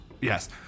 Yes